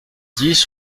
dix